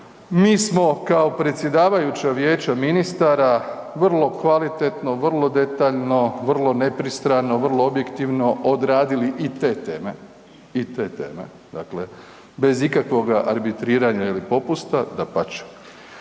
mi smo kao predsjedavajuća vijeća ministara vrlo kvalitetno, vrlo detaljno, vrlo nepristrano, vrlo objektivno odradili i te teme i te teme, dakle, bez ikakvoga arbitriranja ili popusta, dapače,